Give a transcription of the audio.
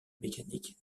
mécanique